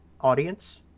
audience